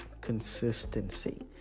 consistency